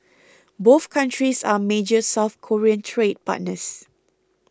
both countries are major South Korean trade partners